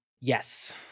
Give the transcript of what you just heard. Yes